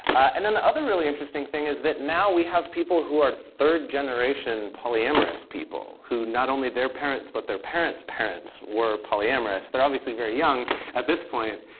and then the other really interesting thing is that now, we have people who are third generation polyamorous people, who not only their parents, but their parents' parents, we're polyamorous. they're obviously very young at this point.